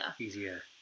easier